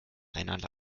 einerlei